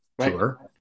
tour